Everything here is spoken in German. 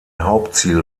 hauptziel